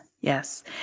yes